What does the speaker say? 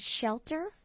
shelter